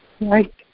Right